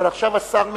אבל עכשיו השר משיב.